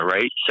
Right